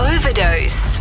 Overdose